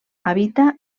habita